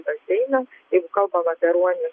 baseiną jeigu kalbam apie ruonius